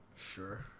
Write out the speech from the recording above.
Sure